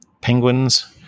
penguins